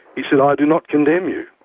he said i do not condemn you.